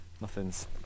nothing's